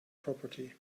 property